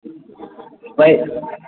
पाय